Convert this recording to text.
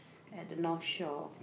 at the North Shore